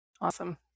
Awesome